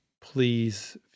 please